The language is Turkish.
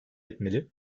etmeli